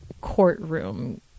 courtroom